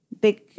big